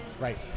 Right